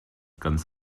ganz